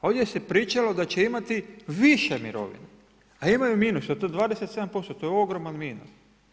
Ovdje se pričalo da će imati više mirovine, a imaju minus od 27%, to je ogroman minus.